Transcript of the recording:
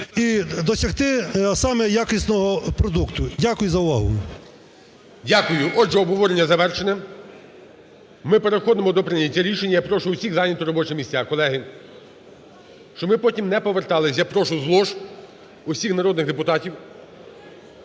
і досягти, а саме – якісного продукту. Дякую за увагу. ГОЛОВУЮЧИЙ. Дякую. Отже, обговорення завершене. Ми переходимо до прийняття рішень. Я прошу усіх зайняти робочі місця, колеги, щоб ми потім не повертались. Я прошу з лож усіх народних депутатів